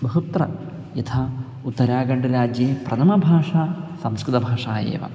बहुत्र यथा उत्तराखण्डराज्ये प्रथमभाषा संस्कृतभाषा एव